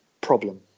problem